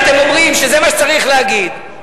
אתם אומרים שזה מה שצריך להגיד,